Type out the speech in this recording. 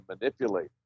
manipulate